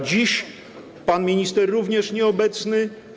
Dziś pan minister również nieobecny.